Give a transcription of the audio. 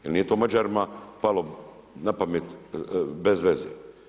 Jer nije to Mađarima palo na pamet bez veze.